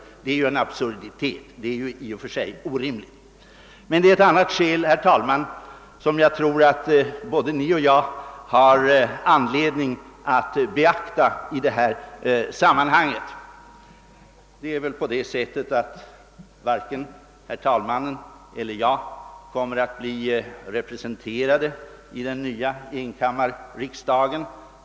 Det vore förvisso en absurditet. Men det är ett annat skäl, herr talman, som jag tror att både Ni och jag har anledning att beakta i det här sammanhanget. Förmodligen kommer varken herr talmannen eller jag att vara representanter i den nya enkammarriksdagen.